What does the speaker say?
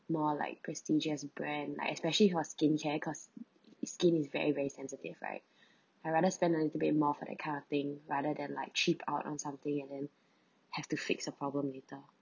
more like prestigious brand like especially was skin care cause skin is very very sensitive right I rather spend a little bit more for that kind of thing rather than like cheap out on something and then have to fix the problem later